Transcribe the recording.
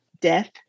death